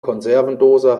konservendose